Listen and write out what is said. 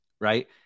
right